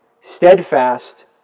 steadfast